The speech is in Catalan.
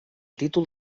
títol